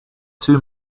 two